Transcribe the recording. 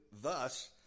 thus